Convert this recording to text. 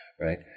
right